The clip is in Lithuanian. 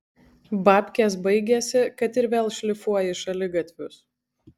babkės baigėsi kad ir vėl šlifuoji šaligatvius